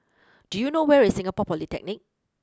do you know where is Singapore Polytechnic